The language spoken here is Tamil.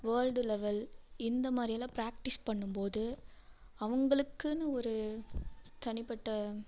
வேர்ல்டு லெவல் இந்த மாதிரியெல்லாம் ப்ராக்ட்டிஸ் பண்ணும் போது அவர்களுக்குன்னு ஒரு தனிப்பட்ட